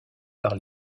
par